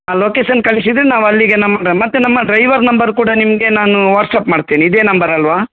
ಆ ಲೊಕೇಶನ್ ಕಳಿಸಿದರೆ ನಾವು ಅಲ್ಲಿಗೆ ನಮ್ದು ಮತ್ತೆ ನಮ್ಮ ಡ್ರೈವರ್ ನಂಬರ್ ಕೂಡ ನಿಮಗೆ ನಾನು ವಾಟ್ಸ್ಆ್ಯಪ್ ಮಾಡ್ತೇನೆ ಇದೆ ನಂಬರ್ ಅಲ್ವಾ